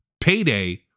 payday